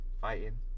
fighting